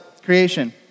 creation